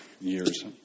years